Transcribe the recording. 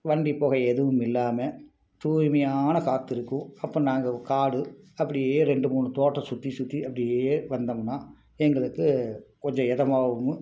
வண்டி புகை எதுவும் இல்லாமல் தூய்மையான காற்று இருக்கும் அப்போ நாங்கள் காடு அப்படியே ரெண்டு மூணு தோட்டம் சுற்றி சுற்றி அப்படியே வந்தோம்னால் எங்களுக்கு கொஞ்சம் இதமாவும்